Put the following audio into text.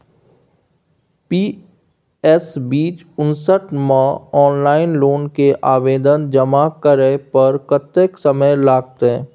PS बीच उनसठ म ऑनलाइन लोन के आवेदन जमा करै पर कत्ते समय लगतै?